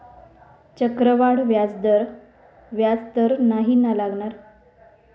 चक्रवाढ व्याज तर नाही ना लागणार?